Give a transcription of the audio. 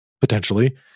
potentially